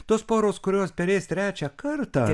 tos poros kurios perės trečią kartą